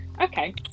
Okay